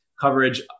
coverage